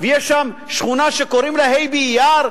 ויש שם שכונה שקוראים לה ה' באייר,